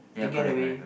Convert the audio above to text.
to get away